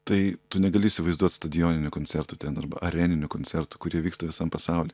tai tu negali įsivaizduot stadioninių koncertų ten arba areninių koncertų kurie vyksta visam pasauly